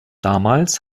damals